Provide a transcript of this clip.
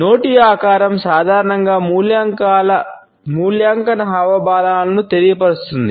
నోటి ఆకారం సాధారణంగా మూల్యాంకన హావభావాలను తెలియజేస్తుంది